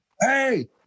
Hey